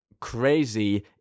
crazy